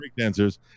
breakdancers